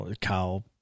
Kyle